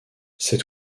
cet